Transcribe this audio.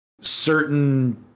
certain